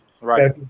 Right